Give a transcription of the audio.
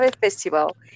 festival